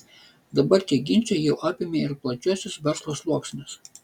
dabar tie ginčai jau apėmė ir plačiuosius verslo sluoksnius